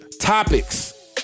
topics